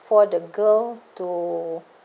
for the girl to